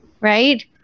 right